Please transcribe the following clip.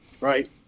right